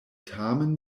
tamen